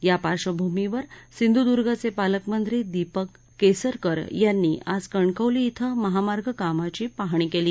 या पार्क्षभूमीवर सिंधूर्द्र्यचे पालकमंत्री दीपक केसरकर यांनी आज कणकवली क्वें महामार्ग कामाची पाहणी केली